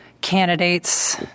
candidates